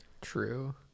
true